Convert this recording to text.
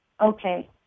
Okay